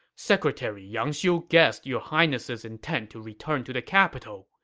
secretary yang xiu guessed your highness's intent to return to the capital,